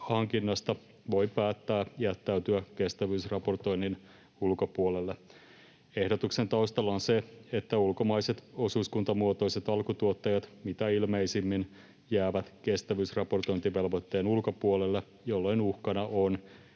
hankinnasta, voi päättää jättäytyä kestävyysraportoinnin ulkopuolelle. Ehdotuksen taustalla on se, että ulkomaiset osuuskuntamuotoiset alkutuottajat mitä ilmeisimmin jäävät kestävyysraportointivelvoitteen ulkopuolelle, jolloin uhkana on,